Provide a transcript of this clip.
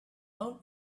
own